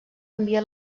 envia